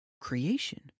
creation